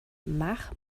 mach